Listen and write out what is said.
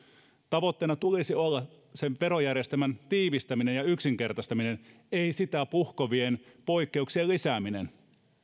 tavoitteena tulisi olla sen verojärjestelmän tiivistäminen ja yksinkertaistaminen ei sitä puhkovien poikkeuksien lisääminen